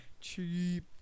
cheap